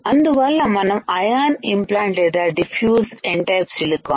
అందువల్ల మనంఅయాన్ ఇంప్లాంట్ లేదా డిఫ్యూజ్ N టైపు సిలికాన్